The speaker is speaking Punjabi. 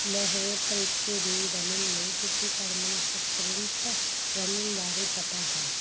ਮੈਂ ਹੋਰ ਤਰੀਕੇ ਦੀ ਰਨਿੰਗ ਨਹੀਂ ਕੀਤੀ ਪਰ ਮੈਨੂੰ ਸਪਰਿੰਟ ਰਨਿੰਗ ਬਾਰੇ ਪਤਾ ਹੈ